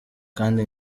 kandi